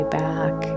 back